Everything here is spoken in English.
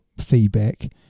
feedback